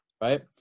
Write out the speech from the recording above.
right